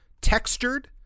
textured